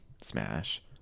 smash